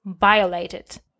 violated